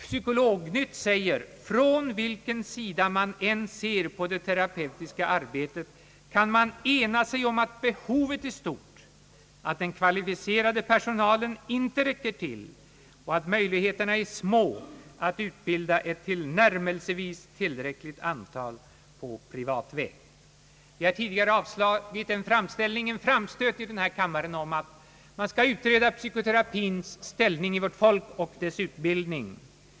Psykolognytt säger: »Från vilken sida man än ser på det terapeutiska arbetet kan man ena sig om att behovet är stort, att den kvalificerade personalen inte räcker till och att möjligheterna är små att utbilda ett tillnärmelsevis tillräckligt antal på privat väg.» Vi har tidigare avslagit en framstöt i denna kammare om utredning beträffande psykoterapins ställning i vårt folk och utbildningen för uppgiften.